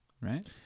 right